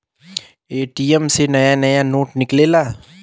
ATM से नया नया नोट निकलेला